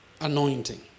anointing